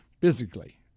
Physically